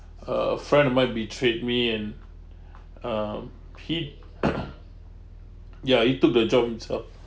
a friend of mine betrayed me and um he ya he took the job himself